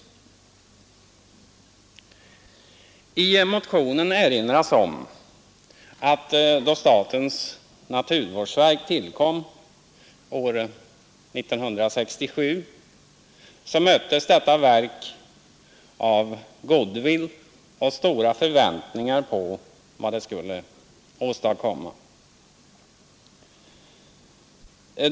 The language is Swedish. I motionen erinras om att då statens naturvårdsverk tillkom år 1967 så möttes detta verk av goodwill och stora förväntningar på vad det skulle åstadkomma.